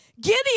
Gideon